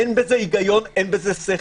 אין בזה היגיון, אין בזה שכל.